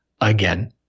again